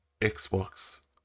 xbox